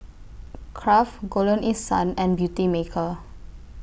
Kraft Golden East Sun and Beautymaker